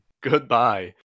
Goodbye